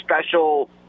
special